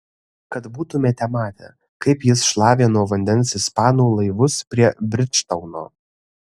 kad būtumėte matę kaip jis šlavė nuo vandens ispanų laivus prie bridžtauno